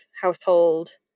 household